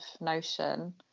notion